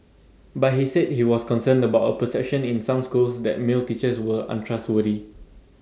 but he said he was concerned about A perception in some schools that male teachers were untrustworthy